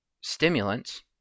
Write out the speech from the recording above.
stimulants